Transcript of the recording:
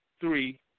Three